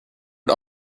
did